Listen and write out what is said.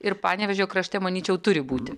ir panevėžio krašte manyčiau turi būti